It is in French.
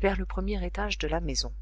vers le premier étage de la maison